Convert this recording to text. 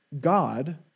God